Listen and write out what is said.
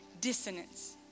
dissonance